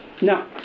Now